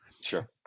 Sure